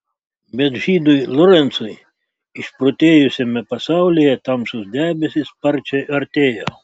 bet žydui lorencui išprotėjusiame pasaulyje tamsūs debesys sparčiai artėjo